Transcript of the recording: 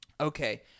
Okay